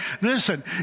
listen